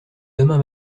demain